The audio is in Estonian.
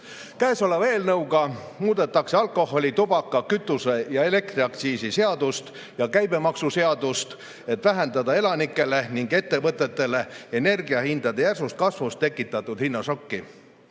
Käesoleva eelnõuga muudetakse alkoholi‑, tubaka‑, kütuse‑ ja elektriaktsiisi seadust ja käibemaksuseadust, et vähendada elanikele ning ettevõtetele energiahindade järsu kasvu tekitatud hinnašokki.